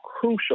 crucial